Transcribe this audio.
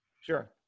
Sure